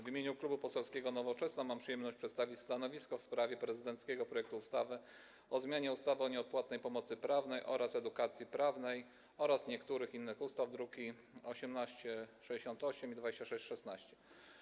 W imieniu Klubu Poselskiego Nowoczesna mam przyjemność przedstawić stanowisko w sprawie prezydenckiego projektu ustawy o zmianie ustawy o nieodpłatnej pomocy prawnej oraz edukacji prawnej oraz niektórych innych ustaw, druki nr 1868 i 2616.